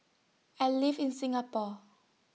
I live in Singapore